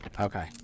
okay